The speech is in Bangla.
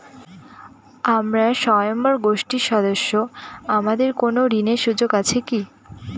আমরা স্বয়ম্ভর গোষ্ঠীর সদস্য আমাদের কোন ঋণের সুযোগ আছে কি?